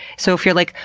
so if you're like,